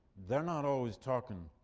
they're not always talking